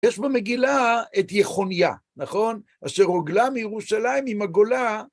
יש במגילה את יכוניה, נכון? אשר הוגלה מירושלים עם הגולה.